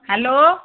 hello